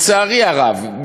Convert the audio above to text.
לצערי הרב,